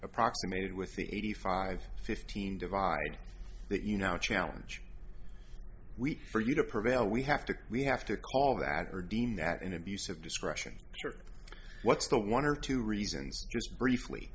approximated with the eighty five fifteen divide that you know a challenge week for you to prevail we have to we have to call that are deemed that an abuse of discretion what's the one or two reasons briefly